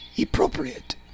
appropriate